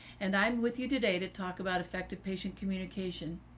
and i'm with you today to talk about effective patient communication.